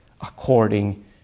according